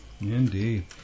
Indeed